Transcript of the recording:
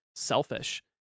Selfish